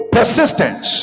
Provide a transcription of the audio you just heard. Persistence